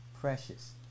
precious